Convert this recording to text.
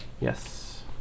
Yes